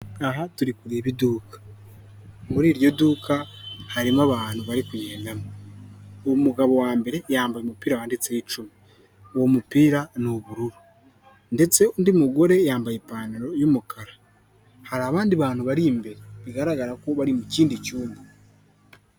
Aha turi kureba iduka, muri iryo duka harimo abantu bari kugendamo, umugabo wa mbere yambaye umupira wanditseho icumi uwo mupira ni ubururu ndetse undi mugore yambaye ipantaro y'umukara, hari abandi bantu bari imbere bigaragara ko bari mu kindi cyumba.